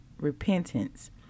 repentance